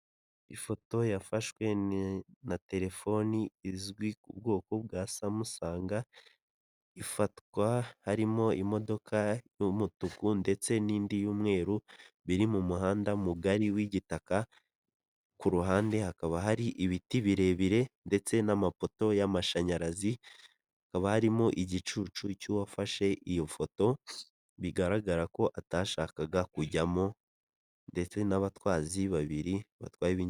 Ifoto yafashwe na telefoni izwi ku bwoko bwa samusanga ifatwa harimo imodoka y'umutuku ndetse n'indi yumweru biri mu muhanda mugari w'igitaka ku ruhande hakaba hari ibiti birebire ndetse n'amapoto y'amashanyarazi hakaba harimo igicucu cy'uwafashe iyo foto bigaragara ko atashakaga kujyamo ndetse n'abatwazi babiri batwaye imodoka .